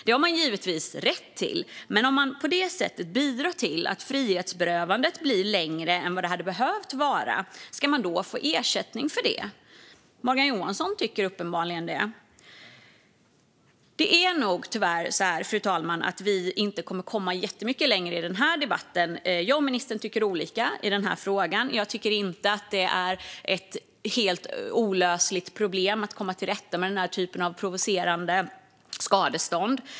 Det har man givetvis rätt till, men om man på det sättet bidrar till att frihetsberövandet blir längre än vad det hade behövt vara, ska man då få ersättning för det? Morgan Johansson tycker uppenbarligen det. Det är nog tyvärr så, fru talman, att vi inte kommer så mycket längre i den här debatten. Jag och ministern tycker olika i denna fråga. Jag tycker inte att det är ett helt olösligt problem att komma till rätta med den typen av provocerande skadestånd.